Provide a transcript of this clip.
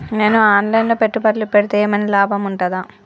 నేను online లో పెట్టుబడులు పెడితే ఏమైనా లాభం ఉంటదా?